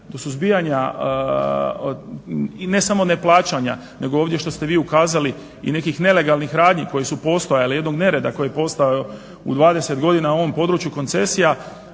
do suzbijanja i ne samo neplaćanja nego ovdje što ste vi ukazali i nekih nelegalnih radnji koje su postojale, jednog nereda koji je postojao u 20 godina u ovom području koncesija.